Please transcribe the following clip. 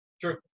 True